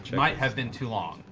might have been too long.